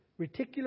reticular